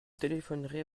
téléphonerai